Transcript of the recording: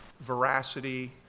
veracity